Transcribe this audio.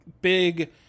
Big